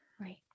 Right